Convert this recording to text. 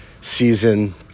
season